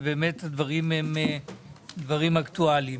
ובאמת הדברים הם דברים אקטואליים.